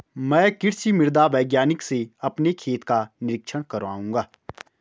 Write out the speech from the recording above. मैं कृषि मृदा वैज्ञानिक से अपने खेत का निरीक्षण कराऊंगा